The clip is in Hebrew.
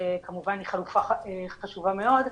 שכמובן היא חלופה חשובה מאוד,